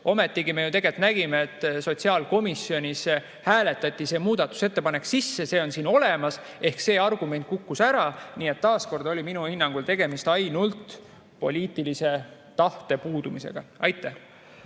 Ometigi me tegelikult nägime, et sotsiaalkomisjonis hääletati see muudatusettepanek sisse, see on siin olemas. Seega see argument kukkus ära. Nii et taas kord oli minu hinnangul tegemist ainult poliitilise tahte puudumisega. Ülle